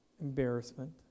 embarrassment